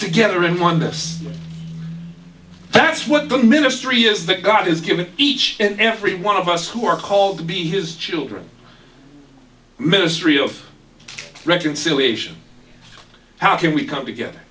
together and on this that's what the ministry is that god is giving each and every one of us who are called to be his children ministry of reconciliation how can we come together